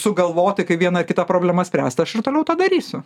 sugalvoti kai viena kita problema spręst aš ir toliau tą darysiu